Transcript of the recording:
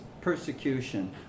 persecution